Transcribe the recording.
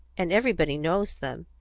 and everybody knows them,